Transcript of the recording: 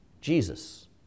Jesus